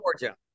Georgia